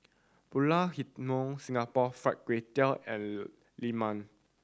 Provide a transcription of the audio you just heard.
Pulut Hitam Singapore Fried Kway Tiao and lemang